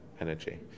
energy